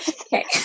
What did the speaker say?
Okay